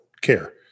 care